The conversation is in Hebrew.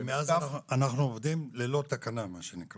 ומאז אנחנו עובדים ללא תקנה, מה שנקרא.